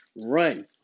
run